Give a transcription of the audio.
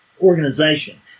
organization